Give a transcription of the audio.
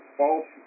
false